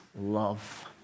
love